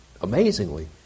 amazingly